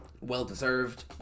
Well-deserved